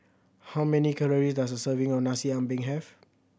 how many calories does a serving of Nasi Ambeng have